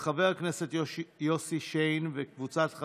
להוסיף את חברת הכנסת רוזין, זה